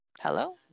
Hello